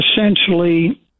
essentially